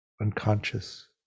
unconscious